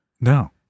No